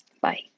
Bye